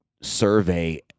survey